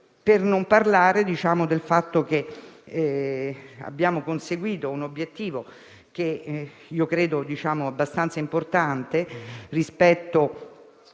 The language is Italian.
Per non parlare del fatto che abbiamo conseguito un obiettivo che ritengo abbastanza importante, anche rispetto